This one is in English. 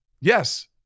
Yes